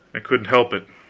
i couldn't help it.